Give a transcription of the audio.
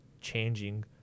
changing